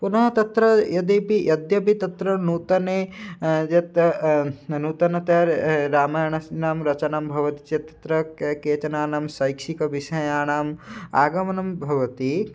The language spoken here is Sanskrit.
पुनः यद्यपि यद्यपि तत्र नूतने यत् न नूतनतया रामयणानां रचनां भवति चेत् तत्र का केषाञ्चन शैक्षिकविषयाणाम् आगमनं भवति